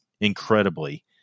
incredibly